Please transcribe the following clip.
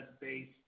base